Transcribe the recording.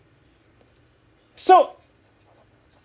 so